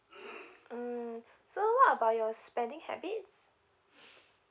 mm so what about your spending habits